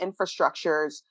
infrastructures